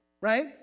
right